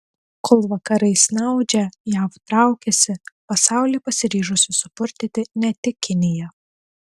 kol vakarai snaudžia jav traukiasi pasaulį pasiryžusi supurtyti ne tik kinija